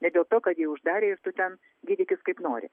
ne dėl to kad jį uždarė ir tu ten gydykis kaip nori